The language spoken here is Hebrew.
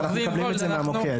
ואנחנו מקבלים את זה מהמוקד.